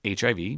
HIV